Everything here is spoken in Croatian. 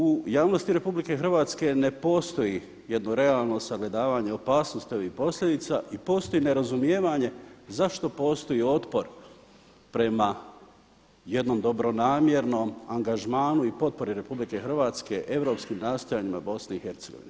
U javnosti RH ne postoji jedno realno sagledavanje opasnosti ovih posljedica i postoji nerazumijevanje zašto postoji otpor prema jednom dobronamjernom angažmanu i potpori RH europskim nastojanjima BiH.